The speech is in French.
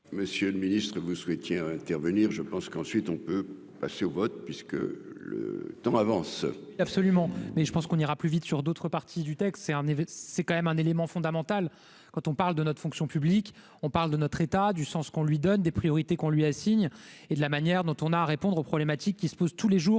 Monsieur le Ministre, vous souhaitiez intervenir, je pense qu'ensuite on peut passer au vote, puisque le temps avance. Absolument, mais je pense qu'on ira plus vite sur d'autres parties du texte c'est un c'est quand même un élément fondamental quand on parle de notre fonction publique, on parle de notre État du sens qu'on lui donne des priorités qu'on lui assigne et de la manière dont on a à répondre aux problématiques qui se posent tous les jours